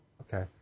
Okay